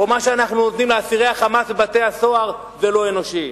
או מה שאנחנו נותנים לאסירי ה"חמאס" בבתי-הסוהר זה לא אנושי?